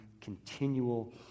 continual